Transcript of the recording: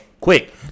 Quick